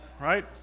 right